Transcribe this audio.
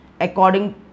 according